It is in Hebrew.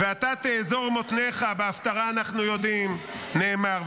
"ואתה תאזר מתניך" בהפטרה אנחנו יודעים שנאמר,